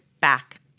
back